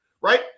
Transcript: right